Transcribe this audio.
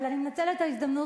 אבל אני מנצלת את ההזדמנות,